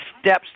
steps